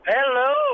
Hello